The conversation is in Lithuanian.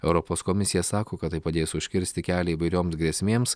europos komisija sako kad tai padės užkirsti kelią įvairioms grėsmėms